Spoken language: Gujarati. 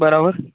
બરાબર